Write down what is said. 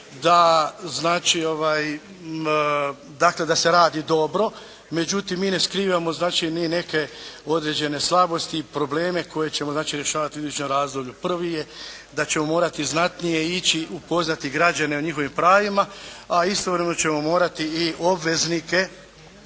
da se radi dobro. Međutim, mi ne skrivamo ni neke određene slabosti i probleme koje ćemo rješavati u idućem razdoblju. Znači prvi je da ćemo morati znatnije ići upoznati građane o njihovim pravima. A istovremeno ćemo morati i obveznike